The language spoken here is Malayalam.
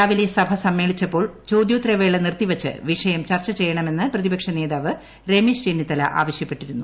രാവിലെ സഭ സമ്മേളിച്ചപ്പോൾ ചോദ്യോത്തരവേള നിർത്തിവച്ച് വിഷയം ചർച്ച ചെയ്യണമെന്ന് പ്രതിപക്ഷ നേതാവ് രമേശ് ചെന്നിത്തല ആവശ്യപ്പെട്ടിരുന്നു